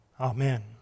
amen